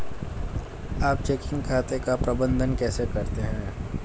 आप चेकिंग खाते का प्रबंधन कैसे करते हैं?